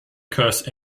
curse